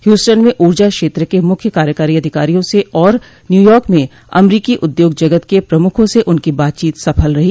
Houston में ऊर्जा क्षेत्र के मुख्य कार्यकारी अधिकारियों से और न्यूयॉर्क में अमरीकी उद्योग जगत के प्रमुखों से उनकी बातचीत सफल रही